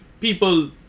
people